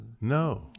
no